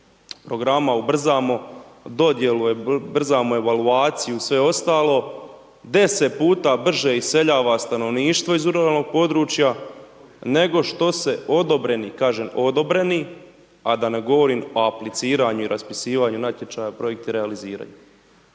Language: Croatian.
programa, ubrzamo dodjelu, ubrzamo evaluaciju, sve ostalo, deset puta brže iseljava stanovništvo iz ruralnog područja, nego što se odobreni, kažem odobreni, a da ne govorim o apliciranju i raspisivanju natječaja, projekti realiziraju.